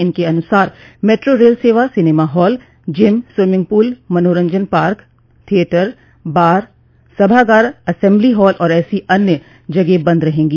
इनके अनुसार metro rail सेवा cinema hall gym swimming pool मनोरंजन पार्क थिएटर बार सभागार असेम्बलो हॉल और ऐसी अन्य जगहें बंद रहेंगी